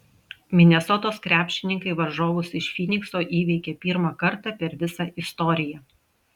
minesotos krepšininkai varžovus iš fynikso įveikė pirmą kartą per visą istoriją